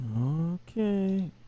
Okay